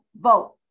vote